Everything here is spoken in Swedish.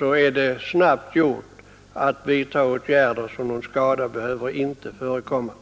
är det snabbt gjort att vidta åtgärder så att någon skada inte behöver uppkomma.